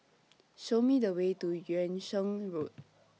Show Me The Way to Yung Sheng Road